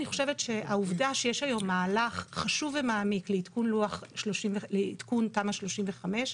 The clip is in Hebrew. אני חושבת שהעובדה שיש היום מהלך חשוב ומעמיק לעדכון תמ"א 35,